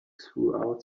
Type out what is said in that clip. throughout